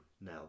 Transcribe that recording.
now